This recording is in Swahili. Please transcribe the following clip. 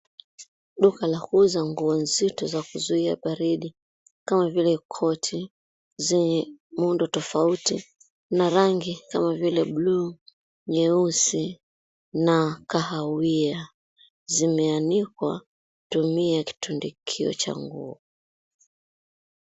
Duka la kuuza nguo nzito za kuzuia baridi kama vile koti zenye muundo tofauti na rangi kama vile blu, nyeusi na kahawia zimeanikwa kwa kutumia kitundikio cha nguo.